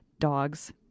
dogs